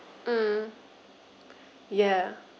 mm ya